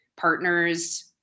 partners